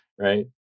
Right